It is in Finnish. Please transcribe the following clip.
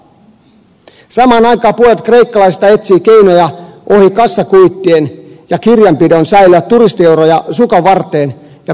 samaan aikaan puolet kreikkalaisista etsii keinoja ohi kassakuittien ja kirjanpidon säilöä turistieuroja sukanvarteen ja kurkkupurkkeihinsa